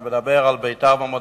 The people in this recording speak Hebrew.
אני מדבר על ביתר ועל מודיעין-עילית,